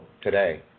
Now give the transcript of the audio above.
today